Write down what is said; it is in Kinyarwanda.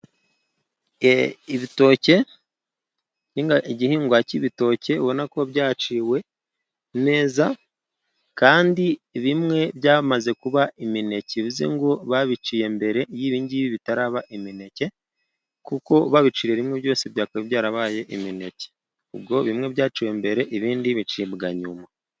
Eee! ibitoki igihingwa cy'ibitoki ubona ko byaciwe neza kandi bimwe byamaze kuba imineke bivuze ngo babiciye mbere y'ibingibi bitaraba imineke kuko babiciriye rimwe byose byakaba byarabaye imineke ubwo bimwe byaciwe mbere ibindi bicibwa nyuma.